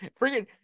Freaking